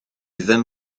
ddim